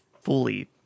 fully